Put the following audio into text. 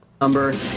Number